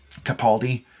Capaldi